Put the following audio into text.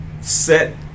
Set